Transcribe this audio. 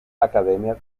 academia